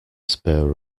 spur